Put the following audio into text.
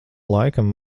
laikam